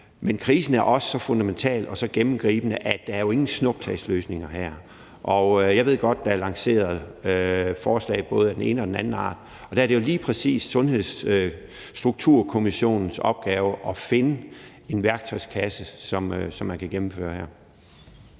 Men krisen er også så fundamental og så gennemgribende, at der jo ikke er nogen snuptagsløsninger her. Jeg ved godt, at der er lanceret forslag af både den ene og den anden art, og der er det jo lige præcis Sundhedsstrukturkommissionens opgave at finde en værktøjskasse, som man kan gennemføre